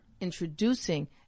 introducing